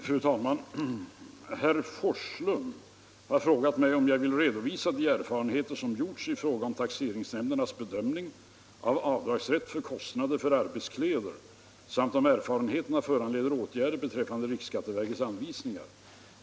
Fru talman! Herr Forslund har frågat mig om jag vill redovisa de erfarenheter som gjorts i fråga om taxeringsnämndernas bedömning av avdragsrätt för kostnader för arbetskläder samt om erfarenheterna föranleder åtgärder beträffande riksskatteverkets anvisningar.